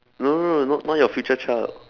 no no no n~ not your future child